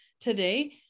today